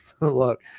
look